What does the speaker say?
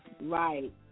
Right